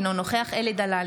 אינו נוכח אלי דלל,